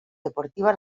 deportiva